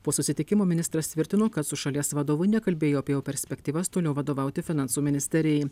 po susitikimo ministras tvirtino kad su šalies vadovu nekalbėjo apie jo perspektyvas toliau vadovauti finansų ministerijai